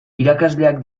irakasleak